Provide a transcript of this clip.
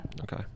okay